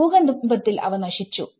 ഭൂകമ്പത്തിൽ അവ നശിച്ചു